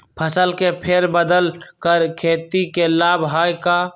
फसल के फेर बदल कर खेती के लाभ है का?